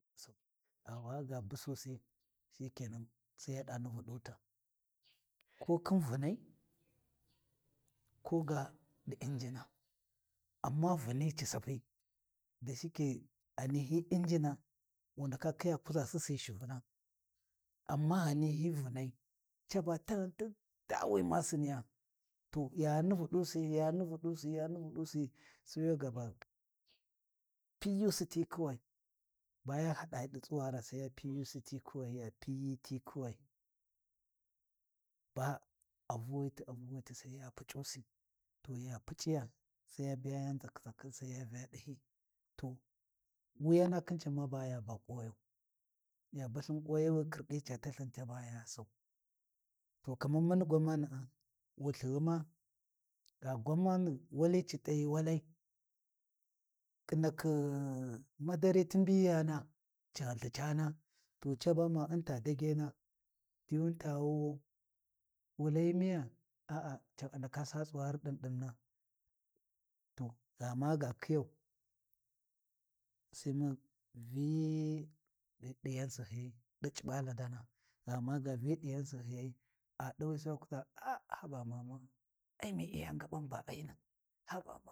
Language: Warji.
Busaum a waga bususi shike nan sai yaɗa nuvuɗuta, ko khin vunai, ko ga ɗi injina amma vuni ci Sapi da shike ghani hi injina wu ndaka khiya kuʒa sissi shuvuna. Amma ghani hi vunai caba taghin ti daa wi ma Siniya. To ya nuvuɗusi, ya nuvuɗisi, ya nuvuɗusi Sai ya gaba pinyusi ti kuwai ba ya haɗayi ɗu tsuwara sai ya pinyusi ti kuwai, ya pinyi ti kuwai, ba a Vuwiti a Vuwiti sai ya Puc’usi, to ya Puc’iya sai ya biya yan nʒaknʒakhina sai ya Vyau ɗahyi, to wuyana khin can ma baya ba kuwayo, ya balthin kuwayowi khirɗi ca talthin ma can ba ya sau, to kaman mani gwamana’a, wulthighuma, gha gwamani wali ci t’ayi walai, ƙhinakhi madari ti mbiyana, ci ghanlthi caana, to caba ma U’m ta dagena, diyuni ta wuwau, wu layi miya? Aa can a ndaka sa tsuwati dindina, to gha maga khiyau, Sai mun Vyi ɗi C’bala-dana gha maga Vyi ɗi yan sahiyai a ɗawi sai wa kuʒa haba mama ai mi iya ngaban ba ainu, habama.